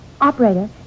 Operator